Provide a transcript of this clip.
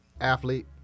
athlete